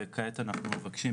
וכעת אנחנו מבקשים,